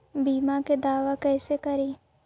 बीमा के दावा कैसे करी?